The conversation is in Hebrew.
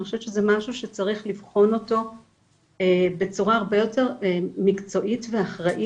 אני חושבת שזה משהו שצריך לבחון אותו בצורה הרבה יותר מקצועית ואחראית,